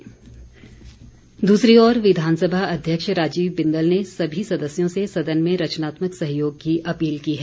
बिंदल दूसरी ओर विधानसभा अध्यक्ष राजीव बिंदल ने सभी सदस्यों से सदन में रचनात्मक सहयोग की अपील की है